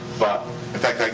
but in fact, like